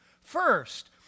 first